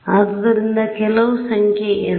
ಆದ್ದರಿಂದ ಕೆಲವು ಸಂಖ್ಯೆ n